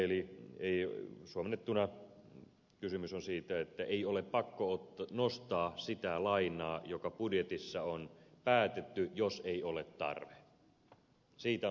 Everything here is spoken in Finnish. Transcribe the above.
eli suomennettuna kysymys on siitä että ei ole pakko nostaa sitä lainaa joka budjetissa on päätetty jos ei ole tarve siitä on kysymys